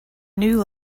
new